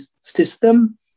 system